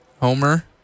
Homer